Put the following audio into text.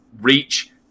reach